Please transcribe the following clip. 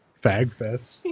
Fagfest